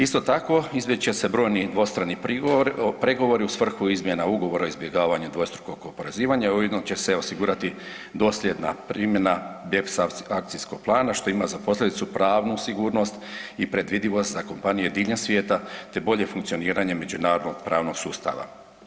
Isto tako, izbjeći će se brojni dvostrani pregovori u svrhu izmjena ugovora o izbjegavanja dvostrukog oporezivanja, ujedno će se osigurati dosljedna primjena BEPS akcijskog plana što ima za posljedicu pravnu sigurnost i predvidivost za kompanije diljem svijeta te bolje funkcioniranje međunarodnog pravnog sustava.